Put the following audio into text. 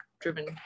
driven